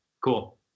Cool